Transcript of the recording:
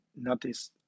notice